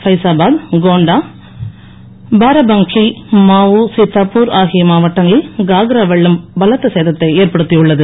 பைசாபாத் கோண்டா பாரபங்கி மாவூ சீதாப்பூர் ஆகிய மாவட்டங்களில் காக்ரா வெள்ளம் பலத்த சேதத்தை ஏற்படுத்தியுள்ளது